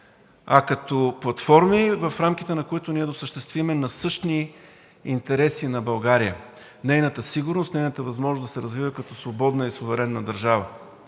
а като платформи, в рамките на които ние да осъществим насъщните интереси на България, нейната сигурност, нейната възможност да се развива като свободна и суверенна държава,